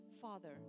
Father